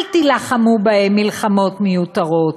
אל תלחמו בהם מלחמות מיותרות.